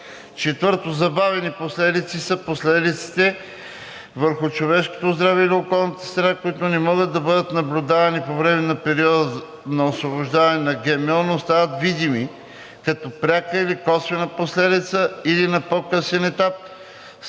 4. „Забавени последици“ са последиците върху човешкото здраве или околната среда, които не могат да бъдат наблюдавани по време на периода на освобождаване на ГМО, но стават видими като пряка или косвена последица или на по-късен етап,